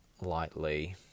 lightly